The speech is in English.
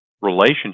relationship